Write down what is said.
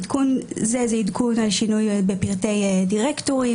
העדכון הזה הוא עדכון על שינוי בפרטי דירקטורים,